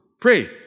Pray